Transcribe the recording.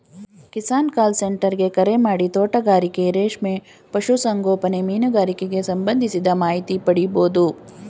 Kisan call centre ಗೆ ಕರೆಮಾಡಿ ತೋಟಗಾರಿಕೆ ರೇಷ್ಮೆ ಪಶು ಸಂಗೋಪನೆ ಮೀನುಗಾರಿಕೆಗ್ ಸಂಬಂಧಿಸಿದ ಮಾಹಿತಿ ಪಡಿಬೋದು